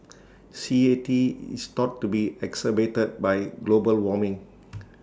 C A T is thought to be exacerbated by global warming